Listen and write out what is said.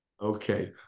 okay